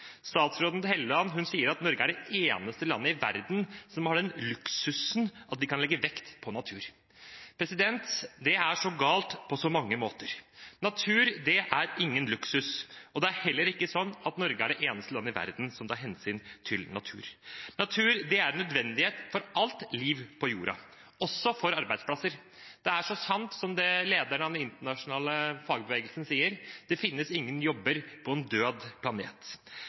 sier at Norge er det eneste landet i verden som har den luksusen at man kan legge vekt på natur. Det er galt på så mange måter. Natur er ingen luksus, og det er heller ikke sånn at Norge er det eneste landet i verden som tar hensyn til natur. Natur er en nødvendighet for alt liv på jorda, også for arbeidsplasser. Det er så sant som det lederen av den internasjonale fagbevegelse sier: Det finnes ingen jobber på en død planet.